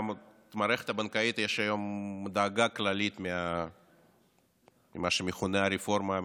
במערכת הבנקאית יש היום דאגה כללית ממה שמכונה הרפורמה המשפטית,